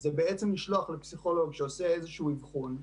זה לשלוח לפסיכולוג שעושה איזה שהוא אבחון.